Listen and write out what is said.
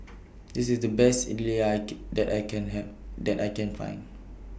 This IS The Best Idly that I Can that I Can Hand that I Can Find